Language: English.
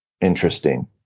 interesting